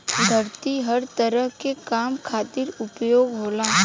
धरती हर तरह के काम खातिर उपयोग होला